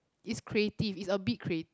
is creative is a bit creat~